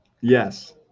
Yes